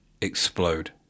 explode